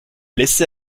laissé